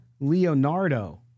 Leonardo